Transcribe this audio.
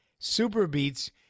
Superbeats